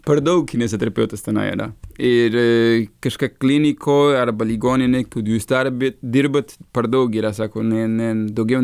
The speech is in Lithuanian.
perdaug kinezoterapeutas tenai ane ir kažką klinikoj arba ligoninėj jūs darbet dirbat per daug giria sako ne ne daugiau